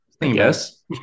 Yes